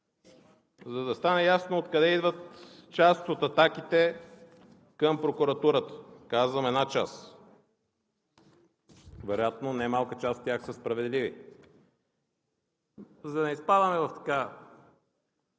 за да стане ясно откъде идват част от атаките към прокуратурата. Казвам, една част, вероятно немалка част от тях са справедливи. За да не изпадаме в